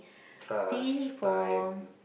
trust time